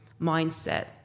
mindset